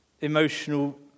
emotional